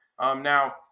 Now